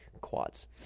quads